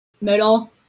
Middle